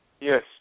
Yes